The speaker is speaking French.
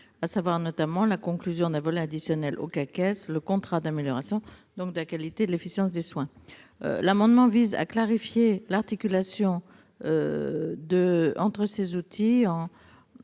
à savoir notamment la conclusion d'un volet additionnel au CAQES, le contrat d'amélioration de la qualité et de l'efficience des soins. L'amendement vise donc à clarifier l'articulation entre ces outils.